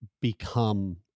become